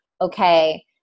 okay